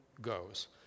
goes